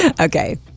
okay